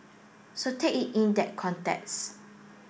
so take it in that context